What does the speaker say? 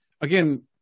again